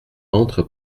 entre